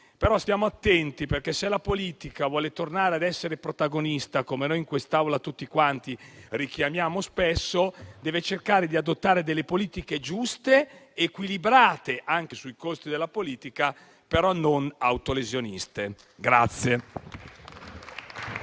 Stiamo attenti, però, perché, se la politica vuole tornare ad essere protagonista, come in quest'Aula tutti quanti richiamiamo spesso, deve cercare sì di adottare delle politiche giuste ed equilibrate anche sui costi della politica, ma non autolesioniste.